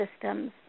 systems